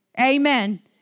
amen